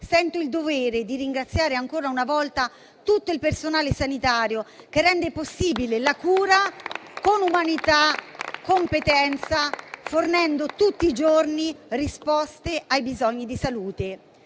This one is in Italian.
sento il dovere di ringraziare ancora una volta tutto il personale sanitario, che rende possibile la cura con umanità e competenza, fornendo tutti i giorni risposte ai bisogni di salute.